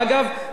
אגב,